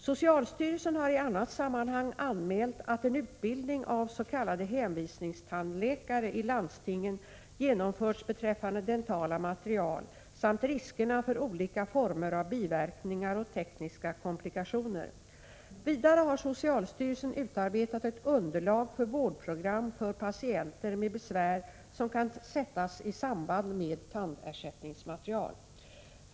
Socialstyrelsen har i annat sammanhang anmält att en utbildning av s.k. hänvisningstandläkare i landstingen genomförts beträffande dentala material samt riskerna för olika former av biverkningar och tekniska komplikationer. Vidare har socialstyrelsen utarbetat ett underlag för vårdprogram för patienter med besvär som kan sättas i samband med tandersättningsmaterial.